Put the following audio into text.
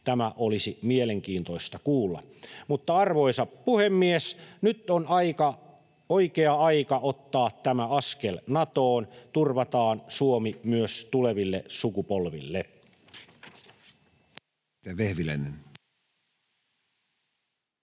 Tämä olisi mielenkiintoista kuulla. Arvoisa puhemies! Nyt on oikea aika ottaa tämä askel Natoon. Turvataan Suomi myös tuleville sukupolville.